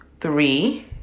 Three